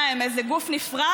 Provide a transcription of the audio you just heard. מה, הם איזה גוף נפרד?